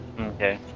Okay